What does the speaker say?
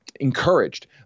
encouraged